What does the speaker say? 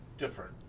different